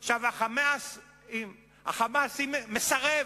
ה"חמאס" מסרב,